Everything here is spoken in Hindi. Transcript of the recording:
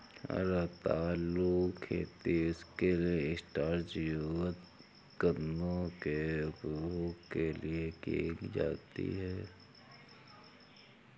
रतालू खेती उनके स्टार्च युक्त कंदों के उपभोग के लिए की जाती है